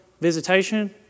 visitation